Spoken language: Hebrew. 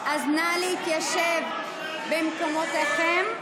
אז נא להתיישב במקומותיכם.